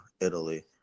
Italy